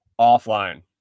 offline